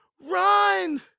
run